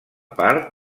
part